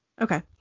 Okay